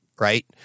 right